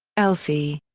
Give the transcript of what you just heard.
l c.